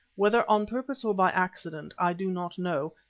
whether on purpose or by accident, i do not know,